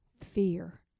fear